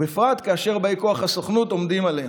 ובפרט כאשר באי כוח הסוכנות עומדים עליהם.